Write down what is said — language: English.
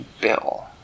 bill